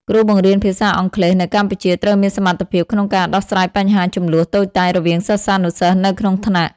គ្រូបង្រៀនភាសាអង់គ្លេសនៅកម្ពុជាត្រូវមានសមត្ថភាពក្នុងការដោះស្រាយបញ្ហាជម្លោះតូចតាចរវាងសិស្សានុសិស្សនៅក្នុងថ្នាក់។